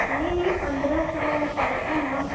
नहीं नहीं पंद्रह सौ पड़ता ना